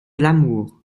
l’amour